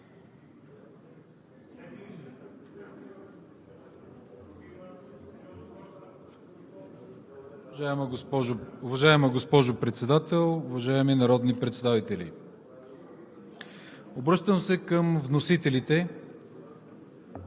Уважаема госпожо Председател, уважаеми народни представители! Обръщам се към вносителите.